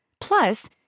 Plus